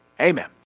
amen